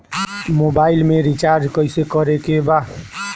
Mobile में recharge कइसे करे के बा?